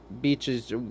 beaches